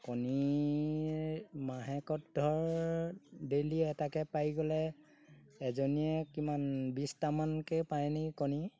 কণী মাহেকত ধৰ ডেইলি এটাকৈ পাৰি গ'লে এজনীয়ে কিমান বিছটামানকৈ পাৰে নেকি কণী